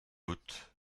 out